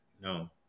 no